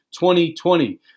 2020